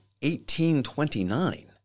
1829